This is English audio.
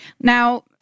Now-